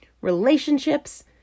Relationships